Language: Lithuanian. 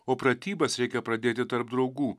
o pratybas reikia pradėti tarp draugų